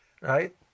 Right